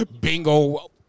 bingo